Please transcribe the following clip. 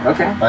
Okay